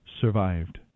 survived